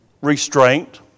restraint